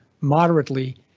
moderately